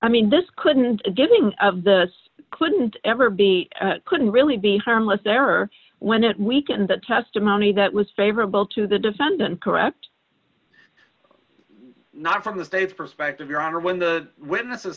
i mean this couldn't a given of the couldn't ever be couldn't really be harmless error when it weakens that testimony that was favorable to the defendant correct not from the state's perspective your honor when the witnesses